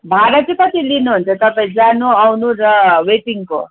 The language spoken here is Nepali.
भाडा चाहिँ कति लिनुहुन्छ तपाईँ जानु आउनु र वेटिङको